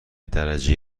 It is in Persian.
درجه